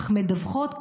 אך מדווחות,